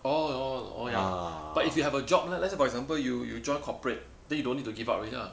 orh orh orh ya but if you have a job leh let's say you join coporate then you don't need to give up already ah